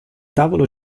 tavolo